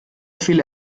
viele